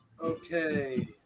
Okay